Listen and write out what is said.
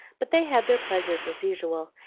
but they had their pleasures as usual,